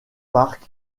parc